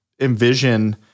envision